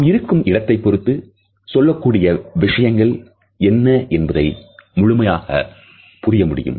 நாம் இருக்கும் இடத்தை பொருத்து சொல்லக் கூடிய விஷயங்கள் என்ன என்பதை முழுமையாக புரிய முடியும்